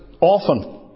often